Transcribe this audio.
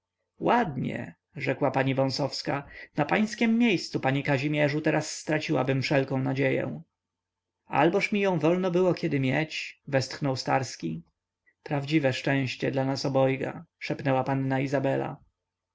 ładnie rzekła pani wąsowska na pańskiem miejscu panie kazimierzu teraz straciłabym wszelką nadzieję alboż mi ją wolno było kiedy mieć westchnął starski prawdziwe szczęście dla nas obojga szepnęła panna izabela